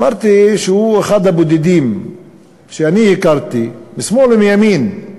אמרתי שהוא אחד הבודדים שאני הכרתי, משמאל ומימין,